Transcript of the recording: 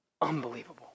Unbelievable